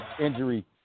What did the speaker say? injury